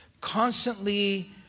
constantly